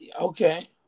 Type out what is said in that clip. okay